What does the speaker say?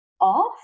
off